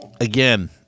again